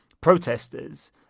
protesters